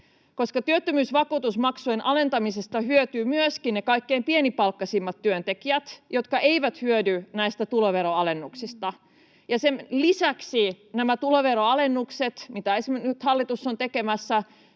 Koska työttömyysvakuutusmaksujen alentamisesta hyötyvät myöskin ne kaikkein pienipalkkaisimmat työntekijät, jotka eivät hyödy näistä tuloveroalennuksista. Ja sen lisäksi nämä tuloveroalennukset, mitä esimerkiksi nyt hallitus on tekemässä,